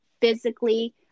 physically